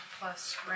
plus